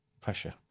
pressure